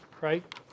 right